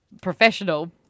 professional